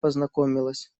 познакомилась